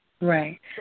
Right